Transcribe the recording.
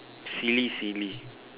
silly silly